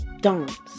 dance